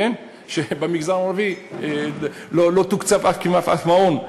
שבמגזר הערבי לא תוקצב כמעט אף מעון.